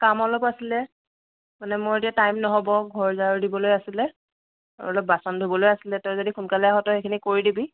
কাম অলপ আছিলে মানে মোৰ এতিয়া টাইম নহ'ব ঘৰ ঝাডু দিবলৈ আছিলে আৰু অলপ বাচন ধুবলৈ আছিলে তই যদি সোনকালে আহ তই সেইখিনি কৰি দিবি